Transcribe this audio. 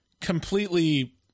completely